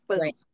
Right